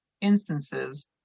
instances